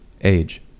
age